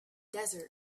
desert